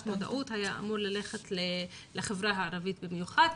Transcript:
מודעות היה אמור ללכת לחברה הערבית במיוחד,